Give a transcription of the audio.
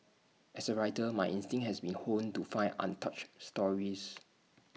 as A writer my instinct has been honed to find untouched stories